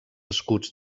escuts